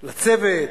לצוות,